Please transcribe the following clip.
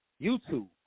YouTube